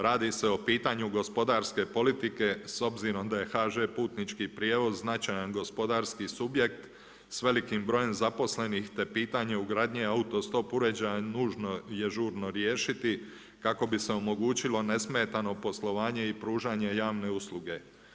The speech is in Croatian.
Radi se o pitanju gospodarske politike, s obzirom da je HŽ putnički prijevoz značajan gospodarski subjekt s velikim brojem zaposlenih, te pitanje ugradnje autostop uređaja nužno je žurno riješiti, kako bi se omogućilo nesmetano poslovanje i pružanje javne usluge.